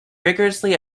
rigorously